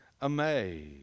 amazed